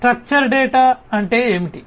structure data అంటే ఏమిటి